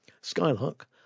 Skylark